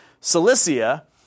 Cilicia